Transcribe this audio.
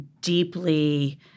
deeply